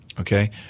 okay